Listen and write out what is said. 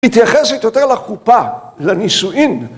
‫מתייחסת יותר לחופה, לנישואין.